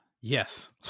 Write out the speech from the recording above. Yes